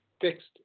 fixed